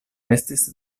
estis